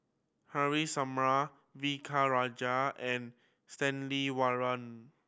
Haresh Sharma V K Rajah and Stanley Warren